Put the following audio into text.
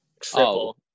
triple